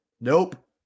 nope